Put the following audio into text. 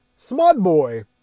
Smudboy